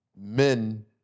men